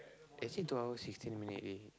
actually two hour sixteen minute already